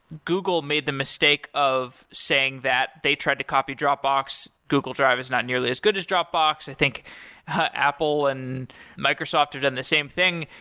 google made the mistake of saying that they tried to copy dropbox. google drive is not nearly as good as dropbox. i think apple and microsoft had done the same thing.